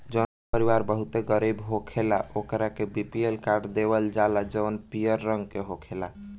जवन परिवार बहुते गरीब होखेला ओकरा के बी.पी.एल कार्ड देवल जाला जवन पियर रंग के होखेला